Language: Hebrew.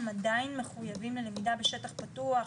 הם עדיין מחויבים ללמידה בשטח פתוח?